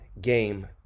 game